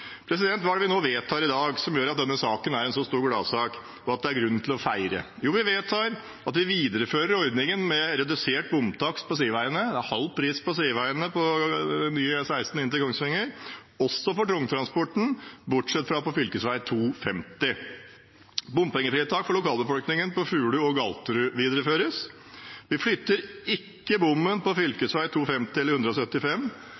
Hva er det vi nå vedtar i dag som gjør at denne saken er en så stor gladsak, og at det er grunn til å feire? Jo, vi vedtar at vi viderefører ordningen med redusert bomtakst på sideveiene, halv pris på sideveiene på nye E16 inn til Kongsvinger, også for tungtransporten, bortsett fra på fv. 250. Bompengefritak for lokalbefolkningen på Fulu og Galterud videreføres, vi flytter ikke bommene på